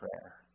prayer